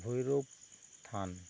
ᱵᱷᱳᱭᱨᱳᱵ ᱛᱷᱟᱱ